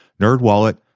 NerdWallet